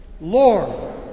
Lord